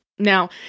Now